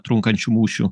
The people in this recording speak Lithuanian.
trunkančių mūšių